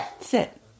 sit